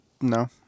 no